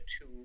two